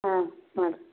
ಹಾಂ ಹಾಂ